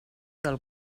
del